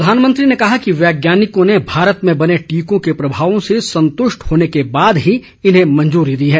प्रधानमंत्री ने कहा कि वैज्ञानिकों ने भारत में बने टीकों के प्रभावों से संतुष्ट होने के बाद ही इन्हें मंजूरी दी है